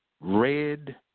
red